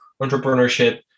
entrepreneurship